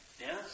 Yes